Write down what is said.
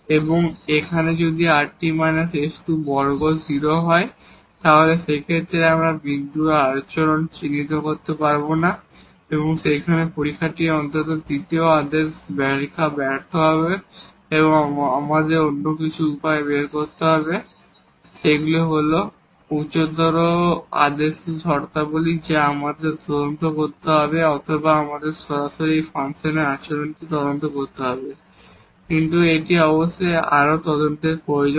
এবং এখানে যদি rt − s2 স্কোয়ার 0 হয় সেক্ষেত্রে আমরা এই বিন্দুর আচরণ চিহ্নিত করতে পারব না এবং তারপর এই পরীক্ষাটি অন্তত দ্বিতীয় আদেশ পরীক্ষা ব্যর্থ হবে এবং আমাদের অন্য কিছু উপায় খুঁজে বের করতে হবে হয় সেগুলি উচ্চতর আদেশের শর্তাবলী যা আমাদের তদন্ত করতে হবে অথবা আমাদের সরাসরি এই ফাংশনের আচরণটি তদন্ত করতে হবে কিন্তু এটি অবশ্যই আরও খুঁজে বের করা প্রয়োজন